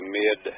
mid